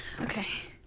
Okay